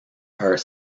are